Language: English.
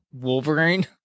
Wolverine